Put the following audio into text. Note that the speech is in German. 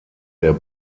der